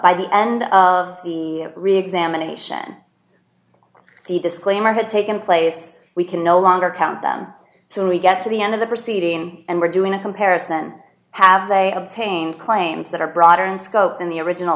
by the end of the reexamination the disclaimer had taken place we can no longer count them so when we get to the end of the proceeding and we're doing a comparison have they obtained claims that are broader in scope in the original